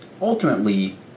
Ultimately